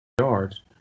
yards